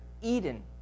Eden